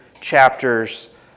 chapters